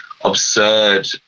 absurd